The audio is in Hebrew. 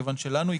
כיוון שלנו,